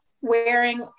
wearing